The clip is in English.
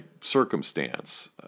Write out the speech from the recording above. circumstance